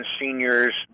seniors